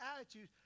attitude